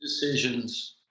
decisions